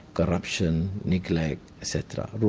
corruption, neglect etc.